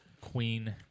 Queen